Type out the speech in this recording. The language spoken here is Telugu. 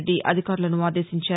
రెడ్డి అధికారులను ఆదేశించారు